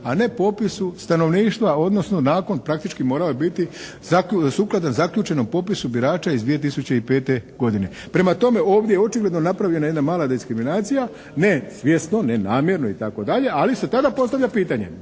a ne popisu stanovništva, odnosno nakon praktički morao je biti sukladan zaključenom popisu birača iz 2005. godine. Prema tome, ovdje je očigledno napravljena jedna mala diskriminacija. Ne svjesno, ne namjerno itd., ali se tada postavlja pitanje